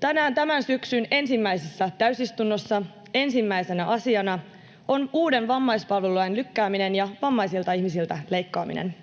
Tänään tämän syksyn ensimmäisessä täysistunnossa ensimmäisenä asiana on uuden vammaispalvelulain lykkääminen ja vammaisilta ihmisiltä leikkaaminen.